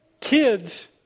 kids